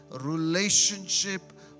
relationship